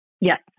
Yes